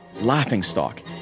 laughingstock